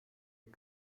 και